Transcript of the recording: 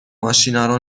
ماشینارو